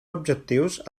objectius